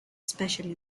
especially